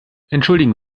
entschuldigen